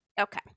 Okay